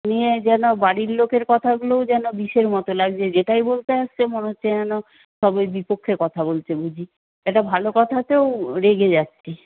নিয়ে যেন বাড়ির লোকের কথাগুলোও যেন বিষের মতো লাগছে যেটাই বলতে আসছে মনে হচ্ছে যেন সবের বিপক্ষে কথা বলছে বুঝি একটা ভালো কথাতেও রেগে যাচ্ছি